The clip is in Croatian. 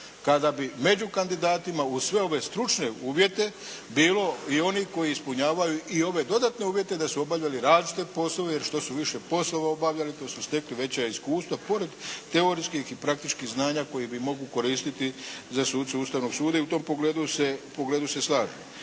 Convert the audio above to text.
kada bi među kandidatima uz sve ove stručne uvjete bilo i onih koji ispunjavaju i ove dodatne uvjete da su obavljali različite poslove jer što su više poslova obavljali, to su stekli veća iskustva, pored teorijskih i praktičkih znanja koje bi mogli koristiti za suce Ustavnog suda i u tom pogledu se slažem.